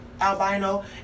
Albino